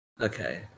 okay